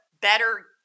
better